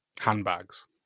handbags